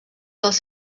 dels